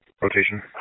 rotation